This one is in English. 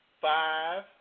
five